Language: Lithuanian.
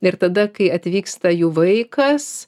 ir tada kai atvyksta jų vaikas